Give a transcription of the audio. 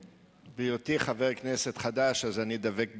בהיותי חבר כנסת חדש, אני דבק בנהלים.